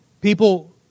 People